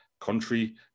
country